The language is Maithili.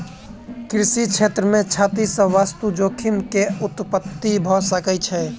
कृषि क्षेत्र मे क्षति सॅ वास्तु जोखिम के उत्पत्ति भ सकै छै